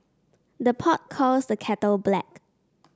the pot calls the kettle black